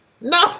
no